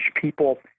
people